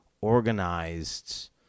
organized